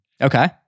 Okay